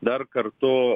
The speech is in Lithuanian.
dar kartu